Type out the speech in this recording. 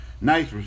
Nice